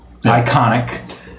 iconic